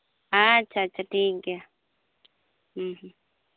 ᱟᱪᱪᱷᱟ ᱟᱪᱪᱷᱟ ᱴᱷᱤᱠᱜᱮᱭᱟ ᱦᱩᱸ ᱦᱩᱸ